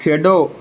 ਖੇਡੋ